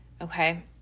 okay